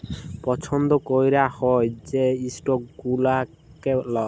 পছল্দ ক্যরা হ্যয় যে ইস্টক গুলানকে লক